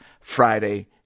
Friday